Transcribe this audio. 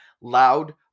loud